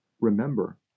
Remember